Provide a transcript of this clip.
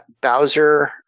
Bowser